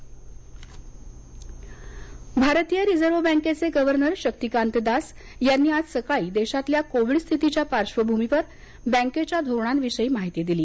RBI governor भारतीय reserve बँकेचे governor Shaktikanta Das यांनी आज सकाळी देशातल्या कोविड स्थितीच्या पार्श्वभूमीवर बँकेच्या धोरणांविषयी माहिती दिली